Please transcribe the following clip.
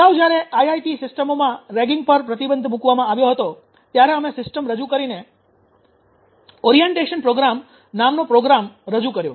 અગાઉ જ્યારે આઈઆઈટી સિસ્ટમોમાં રેગિંગ પર પ્રતિબંધ મૂકવામાં આવ્યો હતો ત્યારે અમે સિસ્ટમ રજૂ કરીને ઓરિએન્ટેશન પ્રોગ્રામ નામનો પ્રોગ્રામ કાર્યક્રમ રજૂ કર્યો